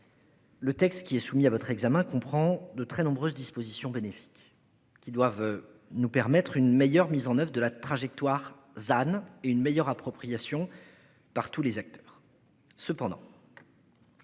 Le texte qui est soumis à votre examen comprend de très nombreuses dispositions bénéfique qui doivent nous permettre une meilleure mise en oeuvre de la trajectoire than et une meilleure appropriation. Par tous les acteurs cependant.